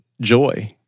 joy